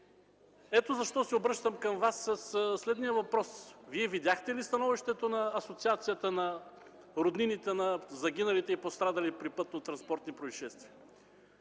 Ето защо се обръщам към Вас с въпроса: Вие видяхте ли становището на Асоциацията на роднините на загиналите и пострадалите при пътнотранспортни произшествия?